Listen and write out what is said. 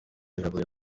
biragoye